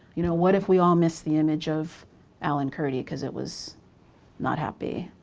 you know, what if we all missed the image of alan kurdi cause it was not happy,